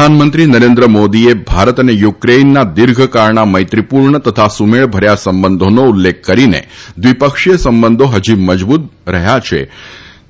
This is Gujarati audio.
પ્રધાનમંત્રી નરેન્દ્ર મોદીએ ભારત અને યુક્રેઈનના દીર્ઘકાળના મૈત્રીપૂર્ણ તથા સુમેળભર્યા સંબંધોનો ઉલ્લેખ કરીને દ્વિપક્ષીય સંબંધો હજી મજબૂત બની રહ્યા છે